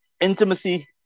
intimacy